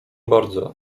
bardzo